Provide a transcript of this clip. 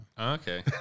Okay